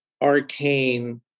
arcane